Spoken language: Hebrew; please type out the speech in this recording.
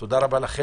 תודה רבה לכם.